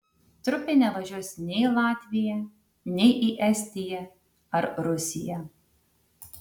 trupė nevažiuos nei į latviją nei į estiją ar rusiją